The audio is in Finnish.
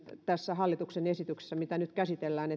tässä hallituksen esityksessä mitä nyt käsitellään